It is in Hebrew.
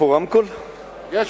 מכובדי סגן